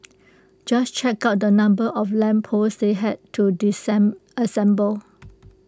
just check out the number of lamp posts they had to